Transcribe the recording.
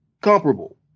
comparable